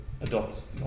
adopts